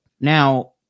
Now